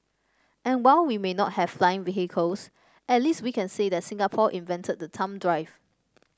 and while we may not have flying vehicles at least we can say that Singapore invented the thumb drive